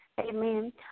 Amen